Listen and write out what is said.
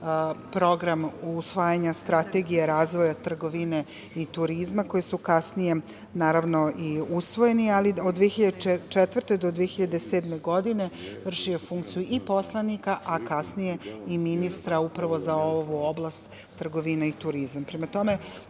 program usvajanja strategije razvoja trgovine i turizma koji su kasnije naravno i usvojeni, ali od 2004. do 2007. godine vršio je funkciju poslanika, a kasnije i ministra upravo za ovu oblast trgovine i turizma. Prema